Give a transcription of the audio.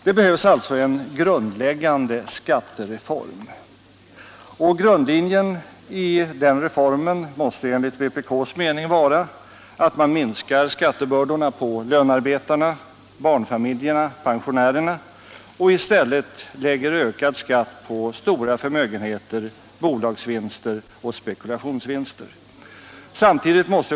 Det behövs alltså en grundläggande skattereform, och huvudlinjerna i denna måste enligt vpk:s mening vara att man minskar skattebördorna 170 för lönarbetarna, barnfamiljerna och pensionärerna och i stället lägger ökad skatt på stora förmögenheter, bolagsvinster och spekulationsvinster.